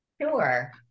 Sure